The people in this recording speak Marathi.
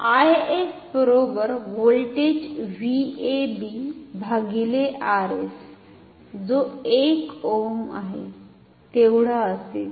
I s बरोबर व्होल्टेज VAB भागीले R s जो 1 ओहम आहे तेवढा असेल